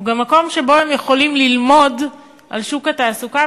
הוא גם מקום שבו הם יכולים ללמוד על שוק התעסוקה,